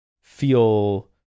feel